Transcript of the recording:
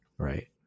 Right